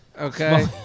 okay